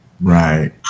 Right